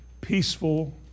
peaceful